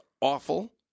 awful